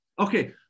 Okay